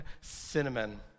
Cinnamon